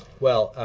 well,